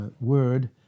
word